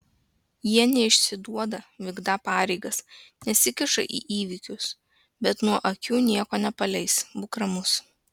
jie neišsiduoda vykdą pareigas nesikiša į įvykius bet nuo akių nieko nepaleis būk ramus